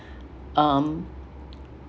um